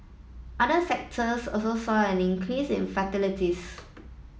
other sectors also saw an increase in fatalities